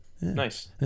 nice